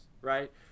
right